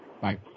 Bye